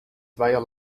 zweier